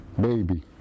baby